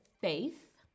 faith